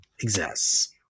exists